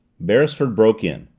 beresford broke in.